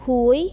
हुओ ई